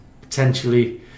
potentially